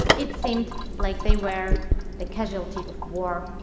it seemed like they were a casualty of war.